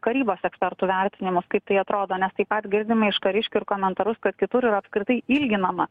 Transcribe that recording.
karybos ekspertų vertinimus kaip tai atrodo nes taip pat girdime iš kariškių ir komentarus kad kitur yra apskritai ilginama